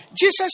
Jesus